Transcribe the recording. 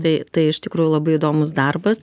tai tai iš tikrųjų labai įdomus darbas